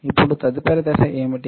ఇప్పుడు తదుపరి దశ ఏమిటి